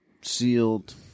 sealed